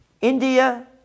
India